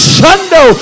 Shundo